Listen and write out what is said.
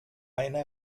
eine